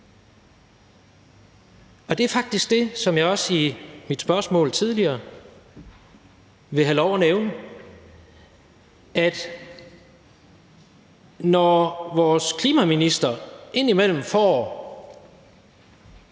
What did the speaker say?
Og det er faktisk også det, som jeg ligesom i mit spørgsmål tidligere vil have lov at nævne, altså at når vores klimaminister indimellem får